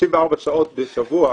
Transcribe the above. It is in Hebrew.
34 שעות בשבוע,